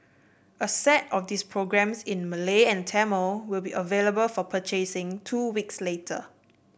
a set of these programmes in Malay and Tamil will be available for purchasing two weeks later